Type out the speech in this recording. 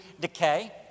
decay